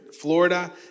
Florida